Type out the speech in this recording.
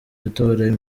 matora